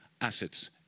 assets